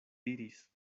diris